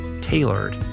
tailored